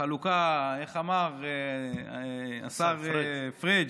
איך אמר השר פריג'?